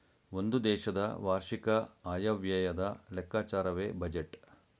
ಒಂದು ದೇಶದ ವಾರ್ಷಿಕ ಆಯವ್ಯಯದ ಲೆಕ್ಕಾಚಾರವೇ ಬಜೆಟ್